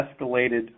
escalated